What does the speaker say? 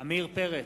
עמיר פרץ,